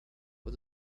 who